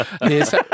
Yes